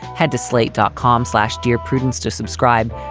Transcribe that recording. head to slate dot com, slash dear prudence to subscribe.